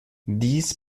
dies